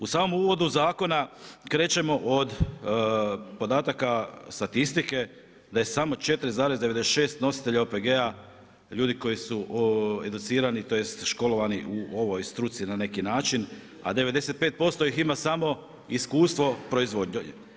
U samom uvodu zakona krećemo od podataka statistike da je samo 4,96 nositelja OPG-a ljudi koji su educirani tj. školovani u ovoj struci na neki način, a 95% ih ima samo iskustvo proizvodnje.